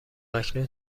اکنون